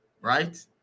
right